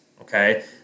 okay